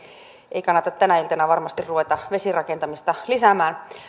ei kannata tänä iltana varmasti ruveta vesirakentamista lisäämään